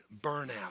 burnout